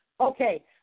Okay